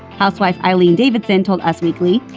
housewife eileen davidson told us weekly,